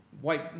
white